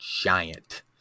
giant